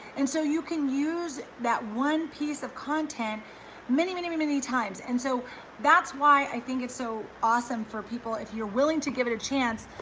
and so you can use that one piece of content many, many, many, many times, and so that's why i think it's so awesome for people if you're willing to give it a chance,